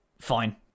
fine